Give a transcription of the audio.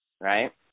right